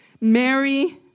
Mary